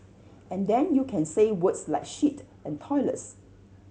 and then you can say words like shit and toilets